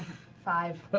five.